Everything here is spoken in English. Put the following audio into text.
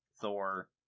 Thor—